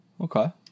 Okay